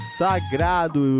sagrado